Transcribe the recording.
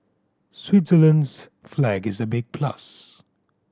Switzerland's flag is a big plus